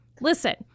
listen